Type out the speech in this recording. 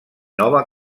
nova